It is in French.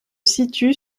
situe